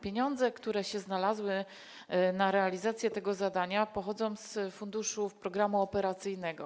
Pieniądze, które znalazły się na realizację tego zadania, pochodzą z funduszu programu operacyjnego.